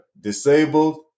disabled